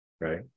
right